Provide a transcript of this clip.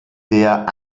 der